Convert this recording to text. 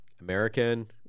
American